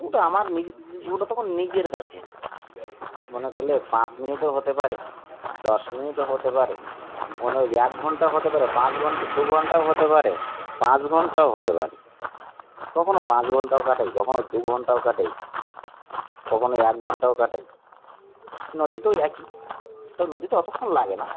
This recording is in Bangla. ওটা আমার নিজ ওটা তখন নিজের কাছে মনে করলে পাঁচ মিনিটও হতে পারে দশ মিনিটও হতে পারে মনে কর এক ঘণ্টাও হতে পারে পাঁচ ঘন্টা দু ঘণ্টাও হতে পারে পাঁচ ঘণ্টাও হতে পারে কখনও পাঁচ ঘণ্টাও কাটাই কখনও দু ঘণ্টাও কাটাই কখনো এক ঘণ্টাও কাটাই নদীতেোও একই তবে নদীতে অতক্ষণ লাগে না